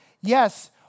Yes